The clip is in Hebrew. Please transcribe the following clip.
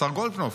השר גולדקנופ,